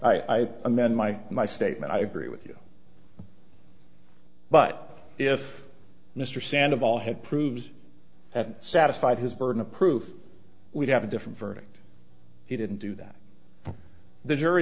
i amend my my statement i agree with you but if mr sand of all had proved that satisfied his burden of proof we'd have a different verdict he didn't do that the jury